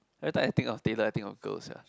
every time I think of tailor I think of girls sia